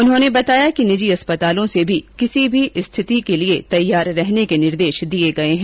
उन्होंने बताया कि निजी अस्पतालों से भी किसी भी स्थिति के लिए तैयार रहने के निर्देश दिए हैं